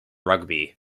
rugby